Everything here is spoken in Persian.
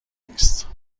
نیست